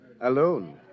alone